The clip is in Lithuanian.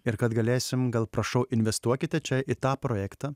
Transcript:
ir kad galėsim gal prašau investuokite čia į tą projektą